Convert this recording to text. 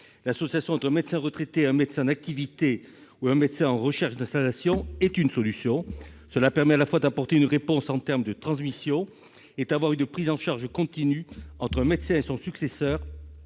L'association entre un médecin retraité et un médecin en activité ou un médecin en recherche d'installation en est une. Elle permet d'apporter une réponse au problème de la transmission et d'avoir une prise en charge continue entre un médecin et son successeur